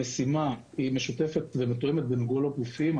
המשימה משותפת ומתואמת בין כל הגופים.